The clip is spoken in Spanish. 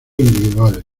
individuales